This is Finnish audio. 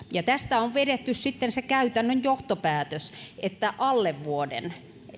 ja tästä on vedetty sitten se käytännön johtopäätös että alle vuoden